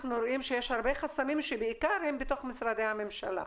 אנחנו רואים שיש הרבה חסמים שבעיקר הם בתוך משרדי הממשלה.